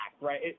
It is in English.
right